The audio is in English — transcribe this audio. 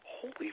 holy